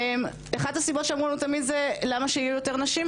אחת הסיבות שאמרו לנו תמיד זה למה שיהיו יותר נשים,